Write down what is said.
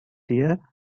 year